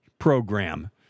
program